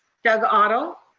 doug otto?